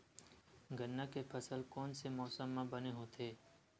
गन्ना के फसल कोन से मौसम म बने होथे?